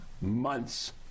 months